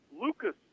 Lucas